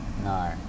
No